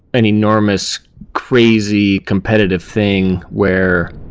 an enormous crazy competitive thing where